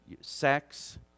sex